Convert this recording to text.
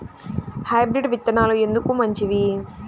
Hybrid విత్తనాలు ఎందుకు మంచివి?